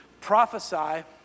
prophesy